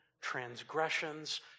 Transgressions